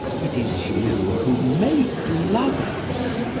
it is you who make lovers.